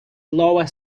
lower